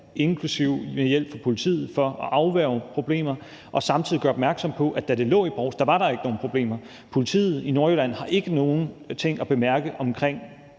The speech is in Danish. inklusive med hjælp fra politiet, for at afværge problemer og samtidig gøre opmærksom på, at da det lå i Brovst, var der ikke nogen problemer. Politiet i Nordjylland har ikke nogen ting at bemærke omkring